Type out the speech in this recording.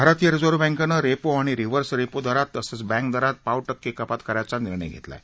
भारतीय रिजर्व बँकेनं रेपो आणि रिवर्स रेपो दरात तसंच बँक दरात पाव टक्के कपात करायचा निर्णय घेतला आहे